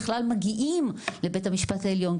בכלל מגיעים לבית המשפט העליון,